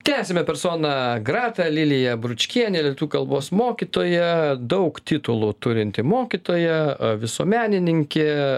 tęsiame persona grata lilija bručkienė lietuvių kalbos mokytoja daug titulų turinti mokytoja visuomenininkė